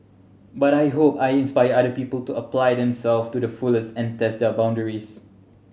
but I hope I inspire other people to apply themselves to the fullest and test their boundaries